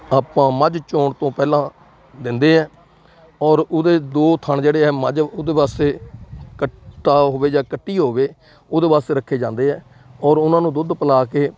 ਆਪਾਂ ਮੱਝ ਚੋਣ ਤੋਂ ਪਹਿਲਾਂ ਦਿੰਦੇ ਹਾਂ ਔਰ ਉਹਦੇ ਦੋ ਥਣ ਜਿਹੜੇ ਆ ਮੱਝ ਉਹਦੇ ਵਾਸਤੇ ਕੱਟਾ ਹੋਵੇ ਜਾਂ ਕੱਟੀ ਹੋਵੇ ਉਹਦੇ ਵਾਸਤੇ ਰੱਖੇ ਜਾਂਦੇ ਹੈ ਔਰ ਉਹਨਾਂ ਨੂੰ ਦੁੱਧ ਪਿਲਾ ਕੇ